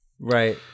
Right